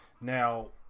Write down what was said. Now